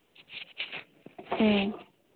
ꯎꯝ